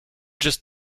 just